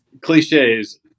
cliches